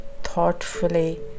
thoughtfully